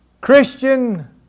Christian